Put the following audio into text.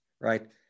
right